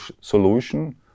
solution